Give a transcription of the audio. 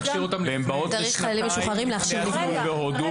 והן באות לשנתיים ואחרי זה נוסעות מיד להודו,